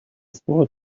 sword